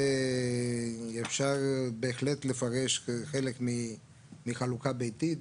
זה אפשר בהחלט לפרש כחלק מחלוקה ביתית,